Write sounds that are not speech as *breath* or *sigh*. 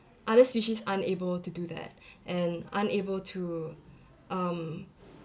other species aren't able to do that *breath* and aren't able to um